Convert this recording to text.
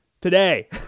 today